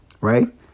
right